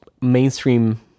mainstream